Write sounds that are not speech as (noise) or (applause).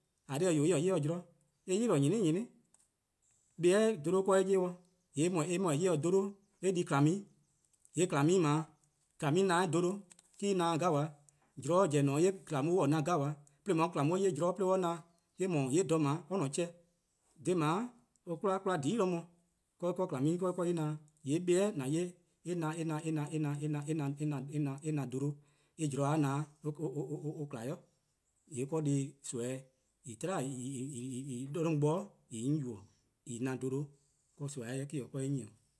Eh :korn dihi-eh 'wee' eh 'ye-dih zorn, eh 'yli :ne :nyene, nyene, bibi' dholo-' 'de eh 'ye-dih, (hesitation) eh :mor eh 'ye-a dholo-' eh di :kwlaa'un:+, :yee' :kwlaa'un:+ :dao' en no dholo-', 'de en na-dih deh 'jen, :mor zorn zen an :an 'ye en-' :na 'gabaa, :mor :on 'ye :kwlaa'un 'ye zorn 'de on 'ye :na :yee' 'do :dha 'o 'de ne-' 'cheh, :yee' 'do :dha 'o (hesitation) 'kwla :dhiei' 'do mor 'do :kwlaa'mu-a na-dih. :yee' bibi' :an 'ye-a (hesitation) eh na dholo-', eh zorn-a :na-' (hesitation) eh :kma 'i, :yee' (hesitation) nimi on try (hesitation) 'on 'yubo-a 'do 'on bo :en na-a dholo-' :yee' me 'o.